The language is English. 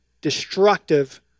destructive